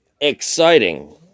exciting